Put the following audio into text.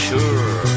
Sure